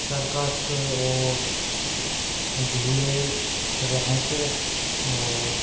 circus और झूले रहँट और